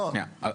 שנייה.